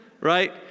right